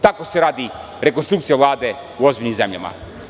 Tako se radi rekonstrukcija Vlade u ozbiljnim zemljama.